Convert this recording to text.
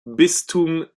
bistum